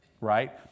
Right